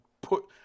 put